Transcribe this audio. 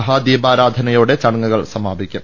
മഹാദീപാരാധ നയോടെ ചടങ്ങുകൾ സമാപിക്കും